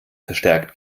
verstärkt